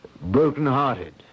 broken-hearted